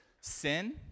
sin